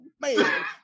man